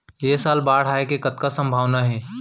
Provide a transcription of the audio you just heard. ऐ साल बाढ़ आय के कतका संभावना हे?